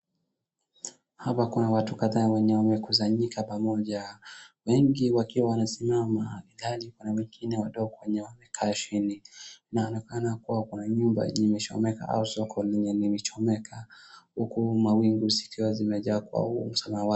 Hapa Kuna watu kadhaa wenye wamekisanyika pamoja, wengi wakiwa wamesimama ndani Kuna wengine wadogo wenye wamekaa chini wanaonekana kuwa kwa nyumba yenye imechomekanau soko lenye limechomeka huku mawingu zikiwa zimejaa.